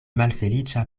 malfeliĉa